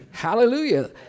Hallelujah